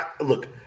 look